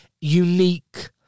unique